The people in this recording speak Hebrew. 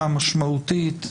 משמעותית.